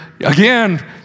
again